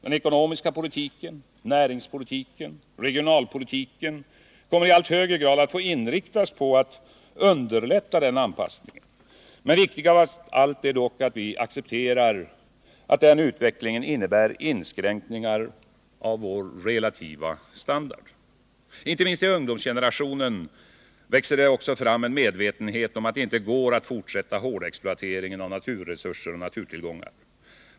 Den ekonomiska politiken, näringspolitiken och regionalpolitiken kommer i allt högre grad att få inriktas på att underlätta den anpassningen. Viktigast av allt är dock att vi accepterar att den utvecklingen innebär en inskränkning av vår relativa standard. Inte minst i ungdomsgenerationen växer det också fram en medvetenhet om att det inte går att fortsätta hårdexploateringen av naturresurser och naturtillgångar.